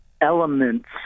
elements